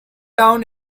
down